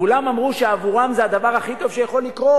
כולם אמרו שעבורם זה הדבר הכי טוב שיכול לקרות,